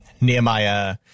Nehemiah